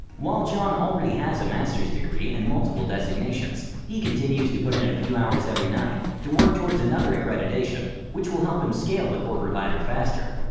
while john already has a master's degree and multiple designations, he continues to put in a few hours every night to work towards another accreditation which will help him scale the corporate ladder faster.